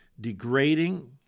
degrading